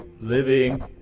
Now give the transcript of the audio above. living